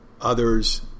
others